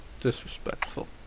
Disrespectful